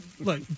Look